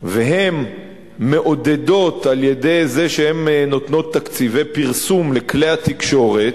והן מעודדות את הצריכה על-ידי זה שהן נותנות תקציבי פרסום לכלי התקשורת.